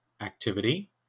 activity